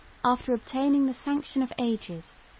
after obtaining the sanction of ages,